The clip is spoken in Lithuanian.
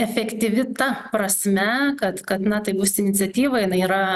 efektyvi ta prasme kad kad na tai bus iniciatyva jinai yra